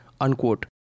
unquote